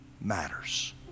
matters